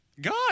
God